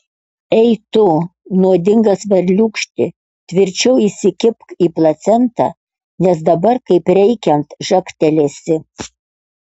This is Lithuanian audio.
ei tu nuodingas varliūkšti tvirčiau įsikibk į placentą nes dabar kaip reikiant žagtelėsi